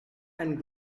and